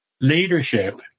leadership